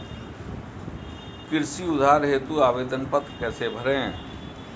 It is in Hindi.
कृषि उधार हेतु आवेदन पत्र कैसे भरें?